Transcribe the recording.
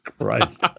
Christ